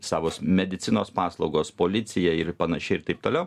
savos medicinos paslaugos policija ir panašiai ir taip toliau